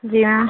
जी मैं